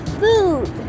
food